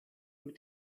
mit